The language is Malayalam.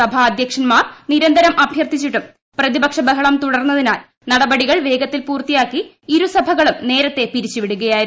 സഭാധ്യക്ഷൻമാർ നിരന്തരം അഭ്യർത്ഥിച്ചിട്ടും പ്രതിപക്ഷം ബഹളം തുടർന്നതിനാൽ നടപടികൾ വേഗത്തിൽ പൂർത്തിയാക്കി ഇരു സഭകളും നേരത്തെ പിരിച്ചു വിടുകയായിരുന്നു